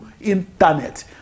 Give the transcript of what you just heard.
internet